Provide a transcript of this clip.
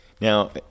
Now